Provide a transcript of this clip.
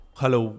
hello